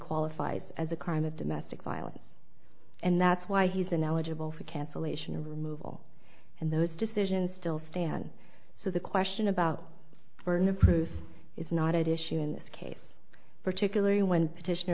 qualifies as a crime of domestic violence and that's why he's ineligible for cancellation of removal and those decisions still stand so the question about burden of proof is not at issue in this case particularly when petition